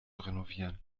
renovieren